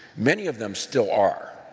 many of them still are.